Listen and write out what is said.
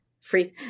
freeze